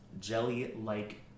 jelly-like